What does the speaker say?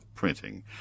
printing